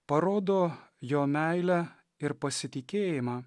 parodo jo meilę ir pasitikėjimą